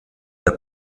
der